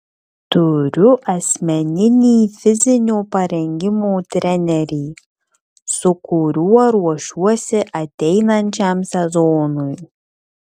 turiu asmeninį fizinio parengimo trenerį su kuriuo ruošiuosi ateinančiam sezonui